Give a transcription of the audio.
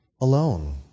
alone